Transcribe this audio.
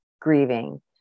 grieving